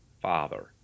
Father